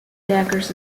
daggers